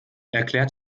erklärt